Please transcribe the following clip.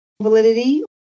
validity